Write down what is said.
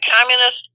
communist